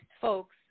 folks